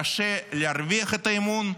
קשה להרוויח את האמון,